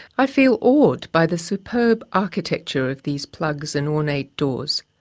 i feel awed by the superb architecture of these plugs and ornate doors.